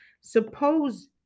Suppose